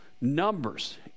numbers